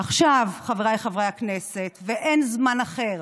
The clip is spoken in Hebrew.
עכשיו, חבריי חברי הכנסת, ואין זמן אחר,